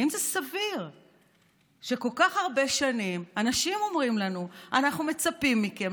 האם זה סביר שכל כך הרבה שנים אנשים אומרים לנו: אנחנו מצפים מכם,